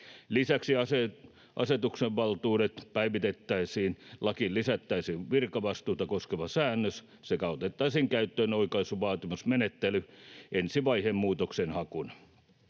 Lisäksi asetuksenantovaltuudet päivitettäisiin, lakiin lisättäisiin virkavastuuta koskeva säännös sekä otettaisiin käyttöön oikaisuvaatimusmenettely ensi vaiheen muutoksenhakuna.